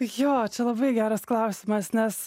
jo labai geras klausimas nes